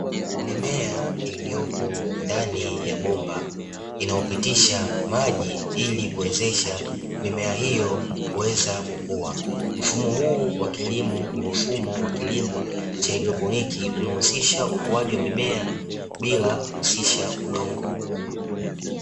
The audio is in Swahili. Mimea iliyopo ndani ya bomba inayo pitisha maji ili kuwezesha mimea hiyo kuweza kukuwa ,mfumo huu wa kilimo ni mfumo wa kilimo cha hydroponik unao husisha ukuaji wa mimea bila kuhusisha udongo.